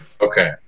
Okay